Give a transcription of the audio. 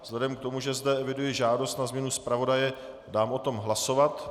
Vzhledem k tomu, že zde eviduji žádost na změnu zpravodaje, dám o tom hlasovat.